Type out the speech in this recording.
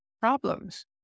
problems